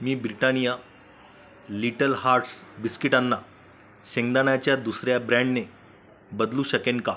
मी Britannia Little Hearts बिस्किटांना शेंगदाण्याच्या दुसर्या ब्रँडने बदलू शकेन का